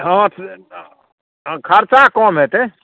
हँ ट्रेन खरचा कम हेतै